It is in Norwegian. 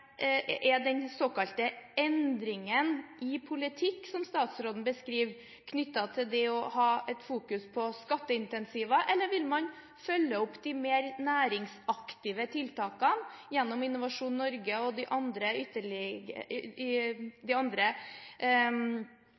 er: Er den såkalte endringen i politikk som statsråden beskriver, knyttet til det å fokusere på skatteincentiver, eller vil man følge opp de mer næringsaktive tiltakene gjennom Innovasjon Norge og de andre